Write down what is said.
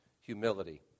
humility